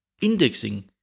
Indexing